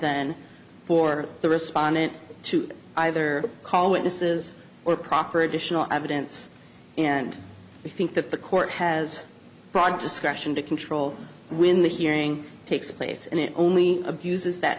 then for the respondent to either call witnesses or proffer additional evidence and i think that the court has broad discretion to control when the hearing takes place and it only abuses that